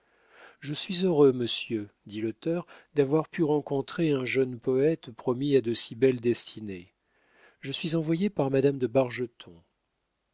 je suis heureux monsieur dit l'auteur d'avoir pu rencontrer un jeune poète promis à de si belles destinées je suis envoyé par madame de